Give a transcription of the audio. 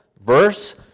verse